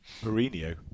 Mourinho